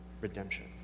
redemption